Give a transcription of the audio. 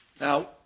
Now